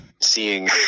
seeing